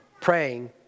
praying